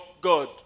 God